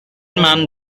man